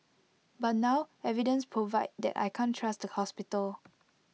but now evidence provide that I can't trust the hospital